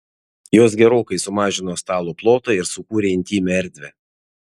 jos gerokai sumažino stalo plotą ir sukūrė intymią erdvę